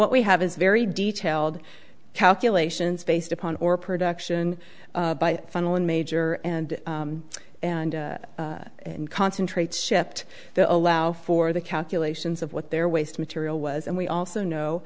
what we have is very detailed calculations based upon or production by funneling major and and and concentrates shipped to allow for the calculations of what their waste material was and we also know